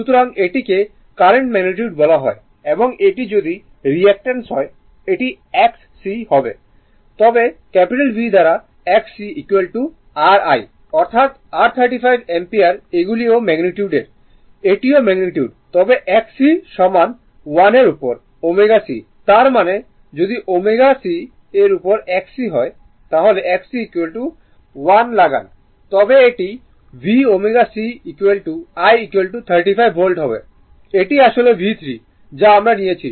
সুতরাং এটি কে কারেন্ট ম্যাগনিটিউড বলা হয় এবং এটি যদি রিয়্যাক্টেন্স হয় এটি x c হবে তবে V দ্বারা x c r I অর্থাৎ r 35 অ্যাম্পিয়ার এগুলি ও ম্যাগনিটিউডর এটিও ম্যাগনিটিউড তবে x c সমান 1 এর উপর ω c তার মানে যদি ω ω c এর উপর x c 1 লাগান তবে এটিV ω c I 35 ভোল্টেজ হবে এটি আসলে V3 যা আমরা নিয়েছি